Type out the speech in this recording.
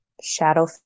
shadow